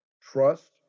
trust